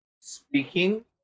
speaking